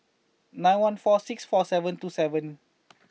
nine one four six four seven two seven